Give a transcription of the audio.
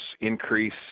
increase